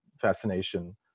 fascination